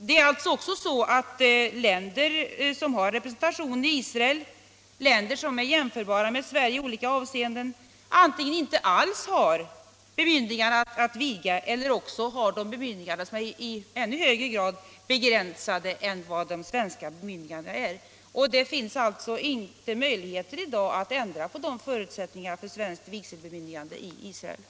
Det är också så att flera länder som har representation i Israel — länder som är jämförbara med Sverige i olika avseenden — antingen inte alls har bemyndigande att viga eller också har bemyndiganden som är i ännu högre grad begränsade än de svenska bemyndigandena är. Det finns alltså inte i dag möjligheter att ändra på förutsättningarna för svenskt vigselbemyndigande i Israel.